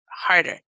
harder